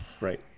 Right